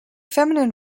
feminine